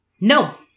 No